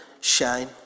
shine